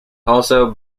also